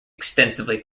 extensively